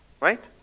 right